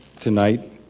tonight